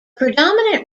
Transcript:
predominant